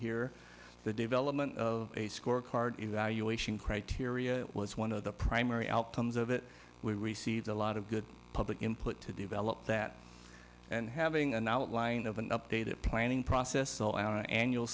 here the development of a score card evaluation criteria it was one of the primary outcomes of it we received a lot of good public input to develop that and having an outline of an updated planning process so our annual